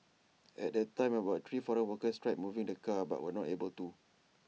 at the time about three foreign workers tried moving the car but were not able to